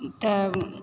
तऽ